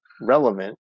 relevant